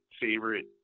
favorite